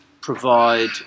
provide